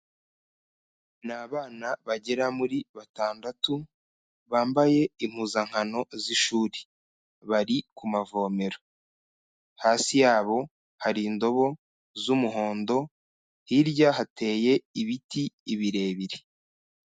Ni abana bagera muri batandatu bambaye impuzankano z'ishuri, bari ku mavomero, hasi yabo hari indobo z'umuhondo hirya hateye ibiti ibirebire.